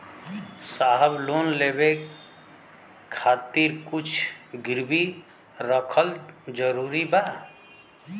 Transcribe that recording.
साहब लोन लेवे खातिर कुछ गिरवी रखल जरूरी बा?